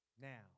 now